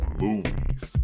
movies